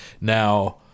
now